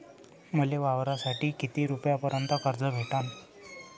मले वावरासाठी किती रुपयापर्यंत कर्ज भेटन?